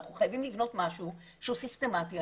אנחנו חייבים לבנות משהו שהוא סיסטמתי.